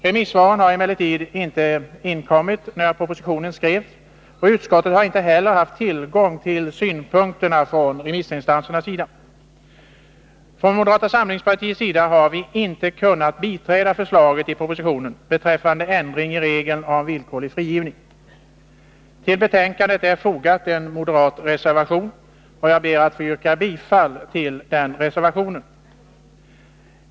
Remissvaren hade emellertid inte inkommit när propositionen skrevs. Utskottet har inte heller haft tillgång till remissinstansernas synpunkter. Vi från moderata samlingspartiet har inte kunnat biträda förslaget i propositionen beträffande ändring i regeln om villkorlig frigivning. Till betänkandet är fogad en moderat reservation, och jag ber att få yrka bifall till denna.